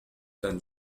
d’un